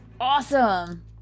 Awesome